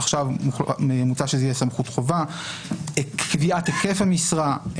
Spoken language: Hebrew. עכשיו מוצע שזה יהיה סמכות חובה בקביעת היקף המשרה,